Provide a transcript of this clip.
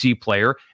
player